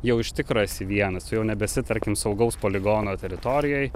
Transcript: jau iš tikro esi vienas jau nebesi tarkim saugaus poligono teritorijoj